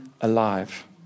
alive